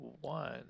one